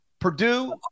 Purdue